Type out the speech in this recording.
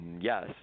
yes